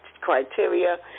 criteria